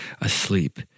asleep